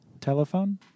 telephone